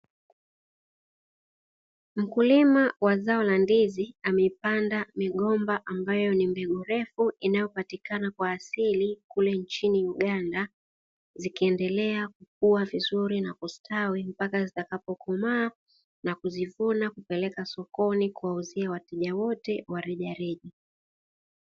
Mkulima wa zao la ndizi amepanda migomba ambayo ni mbegu refu inayopatikana kwa asili kule nchini Uganda, zikiendelea kukua vizuri na kustawi mpaka zitakapokomaa na kuzivuna kupeleka sokoni kuwauzia wateja wote wa rejareja.